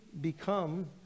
become